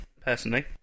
personally